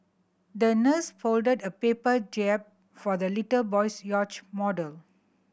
the nurse folded a paper jib for the little boy's yacht model